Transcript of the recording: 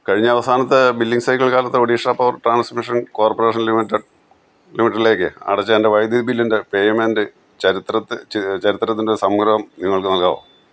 കഴിഞ്ഞ അവസാനത്തെ billing cycle കാലത്തെ Odisha power transmission corporation limited ലിമിറ്റഡിലേക്ക് അടച്ച എൻ്റെ വൈദ്യുതി ബില്ലിൻ്റെ പേയ്മെൻ്റ് ചരിത്രത്തിൻ്റെ ഒരു സംഗ്രഹം നിങ്ങൾക്ക് നൽകാമോ